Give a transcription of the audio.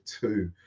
two